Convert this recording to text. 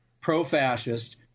pro-fascist